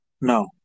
No